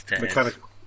mechanical